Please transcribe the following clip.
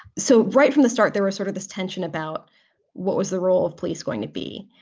so right from the start, there were sort of this tension about what was the role of police going to be.